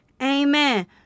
Amen